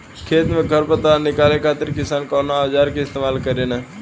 खेत में से खर पतवार निकाले खातिर किसान कउना औजार क इस्तेमाल करे न?